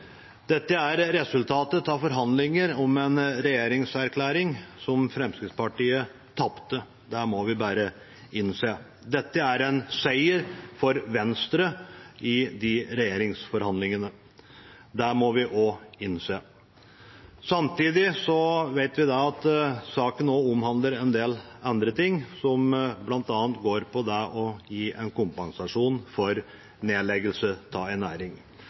Dette er resultatet av forhandlinger om en regjeringserklæring som Fremskrittspartiet tapte. Det må vi bare innse. Dette er en seier for Venstre i de regjeringsforhandlingene. Det må vi også innse. Samtidig vet vi at saken også omhandler en del andre ting, som bl.a. går på det å gi en kompensasjon for nedleggelse av en næring.